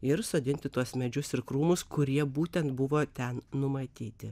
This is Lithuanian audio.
ir sodinti tuos medžius ir krūmus kurie būtent buvo ten numatyti